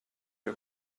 her